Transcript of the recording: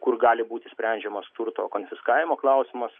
kur gali būti sprendžiamas turto konfiskavimo klausimas